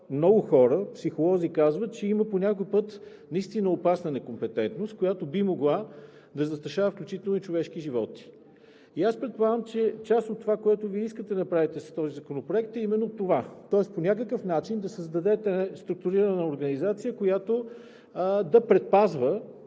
много хора – психолози, казват, че има по някой път наистина опасна некомпетентност, която би могла да застрашава, включително и човешки животи. Предполагам, че част от това, което Вие искате да правите със Законопроекта, е именно това, тоест по някакъв начин да създадете структурирана организация, която да предпазва